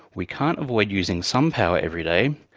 we can't avoid using some power every day,